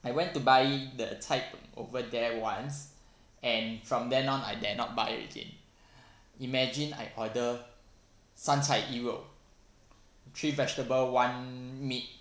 I went to buy the cai png over there once and from then on I dare not buy it again imagine I order 三菜一肉 three vegetable one meat